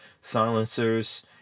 silencers